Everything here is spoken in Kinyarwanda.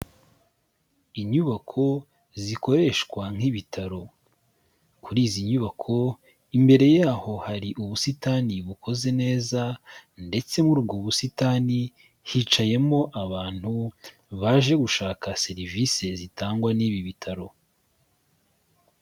Inyubako zikoreshwa nk'ibitaro. Kuri izi nyubako, imbere yaho hari ubusitani bukoze neza, ndetse muri ubwo busitani, hicayemo abantu, baje gushaka serivise zitangwa n'ibi bitaro.